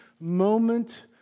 moment